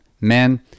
men